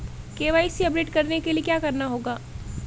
KYC update करने के लिए क्या करना होगा?